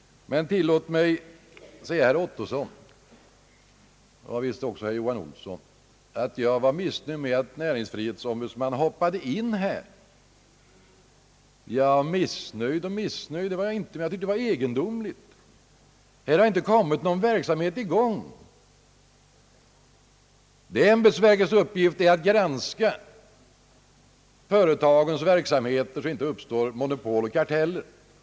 Men tillåt mig säga ett par ord till herr Ottosson och herr Johan Olsson, som reagerade mot att jag var missnöjd med att näringsfrihetsombudsmannen ingrep. Missnöjd var jag inte, men jag tyckte det var egendomligt. Någon verksamhet har inte kommit i gång. Det ämbetsverkets uppgift är att granska företagens verksamhet så att det inte uppstår monopol och karteller.